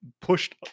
pushed